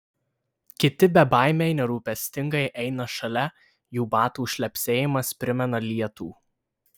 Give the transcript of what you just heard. kiti bebaimiai nerūpestingai eina šalia jų batų šlepsėjimas primena lietų